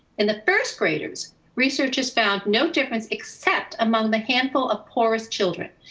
in the first graders researchers found no difference except among the handful of poorest children,